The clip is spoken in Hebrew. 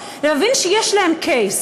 להבין שיש להם case,